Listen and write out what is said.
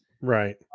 right